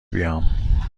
بیام